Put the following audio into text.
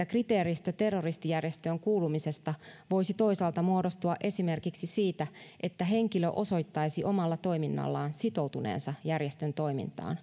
kriteeristö terroristijärjestöön kuulumisesta voisi toisaalta muodostua esimerkiksi siitä että henkilö osoittaisi omalla toiminnallaan sitoutuneensa järjestön toimintaan